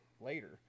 later